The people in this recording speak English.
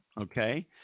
okay